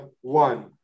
one